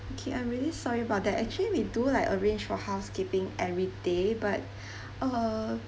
okay I'm really sorry about that actually we do like arrange for housekeeping everyday but err